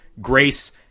grace